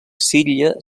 síria